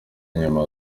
inyuma